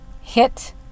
hit